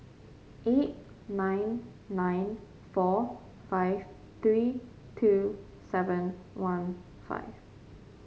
eight nine nine four five three two seven one five